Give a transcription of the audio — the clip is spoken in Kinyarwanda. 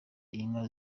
inka